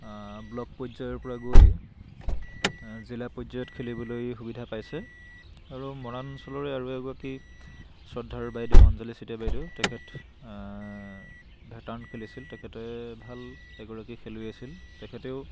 block পৰ্যায়ৰপৰা গৈ জিলা পৰ্যায়ত খেলিবলৈ সুবিধা পাইছে আৰু মৰাণ অঞ্চলৰে আৰু এগৰাকী শ্ৰদ্ধাৰ বাইদেউ অঞ্জলি চেতিয়া বাইদেউ তেখেত ভেটাৰণ খেলিছিল তেখেতে ভাল এগৰাকী খেলুৱৈ আছিল তেখেতেও